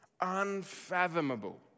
unfathomable